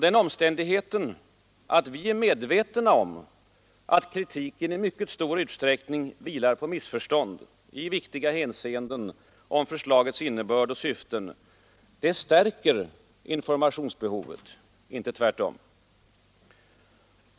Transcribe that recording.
Den omständigheten att vi är medvetna om att kritiken i stor utsträckning vilar på missförstånd i viktiga hänseenden om förslagets innebörd och syften stärker informationsbehovet — inte tvärtom.